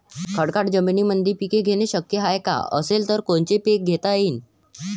खडकाळ जमीनीमंदी पिके घेणे शक्य हाये का? असेल तर कोनचे पीक घेता येईन?